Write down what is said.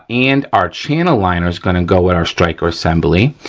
and our channel liner's gonna go with our striker assembly.